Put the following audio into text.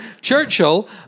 Churchill